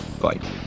Bye